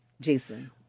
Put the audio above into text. Jason